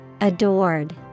Adored